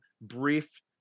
brief